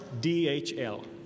DHL